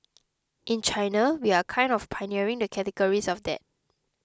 in China we are kind of pioneering the categories of that